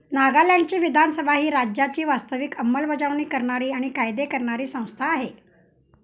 नागालँडचे विधानसभा ही राज्याची वास्तविक अंमलबजावणी करणारी आणि कायदे करणारी संस्था आहे